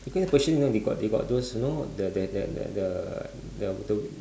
because the persian you know they got they got those you know the the the the the the the